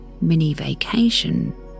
mini-vacation